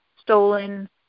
stolen